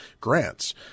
grants